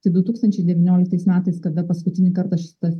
tai du tūkstančiai devynioliktais metais kada paskutinį kartą šitas